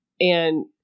and-